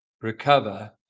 recover